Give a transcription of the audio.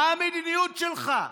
מה המדיניות שלך.